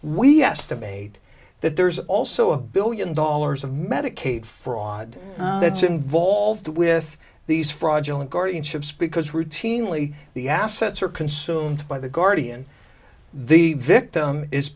we estimate that there's also a billion dollars of medicaid fraud that's involved with these fraudulent guardianships because routinely the assets are consumed by the guardian the victim is